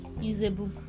usable